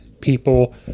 people